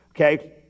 Okay